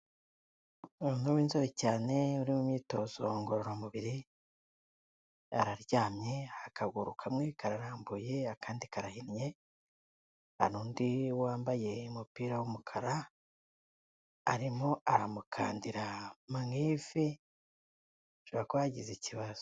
Umuntu w'inzobe cyane uri mu myitozo ngororamubiri, araryamye, akaguru kamwe kararambuye, akandi karahinnye, hari undi wambaye umupira w'umukara, arimo aramukandira mu ivi, ashobora kuba yagize ikibazo.